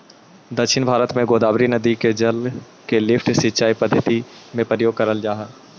दक्षिण भारत में गोदावरी नदी के जल के लिफ्ट सिंचाई पद्धति में प्रयोग करल जाऽ हई